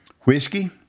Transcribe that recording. Whiskey